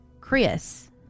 Chris